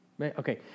Okay